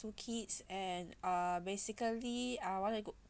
two kids and uh basically I want to go